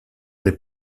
des